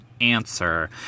answer